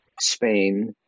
Spain